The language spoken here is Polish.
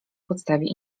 podstawie